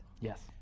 yes